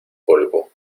polvo